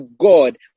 God